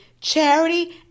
charity